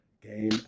game